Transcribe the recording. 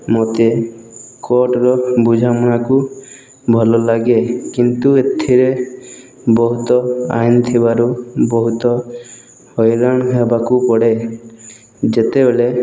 ମୋତେ କୋଟ୍ର ବୁଝାମଣାକୁ ଭଲଲାଗେ କିନ୍ତୁ ଏଥିରେ ବହୁତ ଆଇନ୍ ଥିବାରୁ ବହୁତ ହଇରାଣ ହେବାକୁ ପଡ଼େ ଯେତେବେଲେ